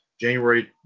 January